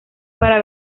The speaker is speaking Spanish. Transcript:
para